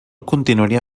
continuaria